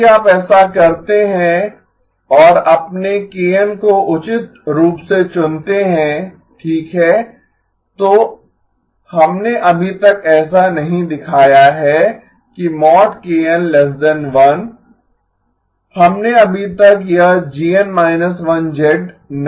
यदि आप ऐसा करते हैं और अपने को उचित रूप से चुनते हैं ठीक है तो हमने अभी तक ऐसा नहीं दिखाया है कि हमने अभी तक यह GN −1 नहीं दिखाया है